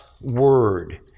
Word